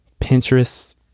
Pinterest